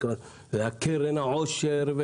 קרן האושר,